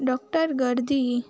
doctor गर्दी